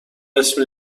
اسم